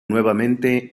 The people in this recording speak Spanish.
nuevamente